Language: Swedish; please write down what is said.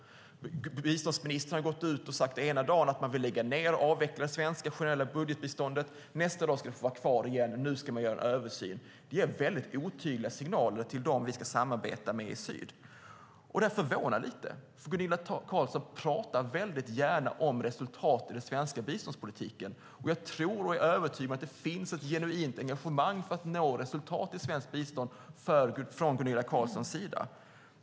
Biståndsministern har ena dagen gått ut och sagt att man vill lägga ned och avveckla det svenska generella budgetbiståndet. Nästa dag ska det få vara kvar. Nu ska man göra en översyn. Det ger väldigt otydliga signaler till dem vi ska samarbeta med i syd. Det förvånar lite, för Gunilla Carlsson pratar väldigt gärna om resultat i den svenska biståndspolitiken. Jag tror och är övertygad om att det finns ett genuint engagemang när det gäller att nå resultat i svenskt bistånd från Gunilla Carlssons sida.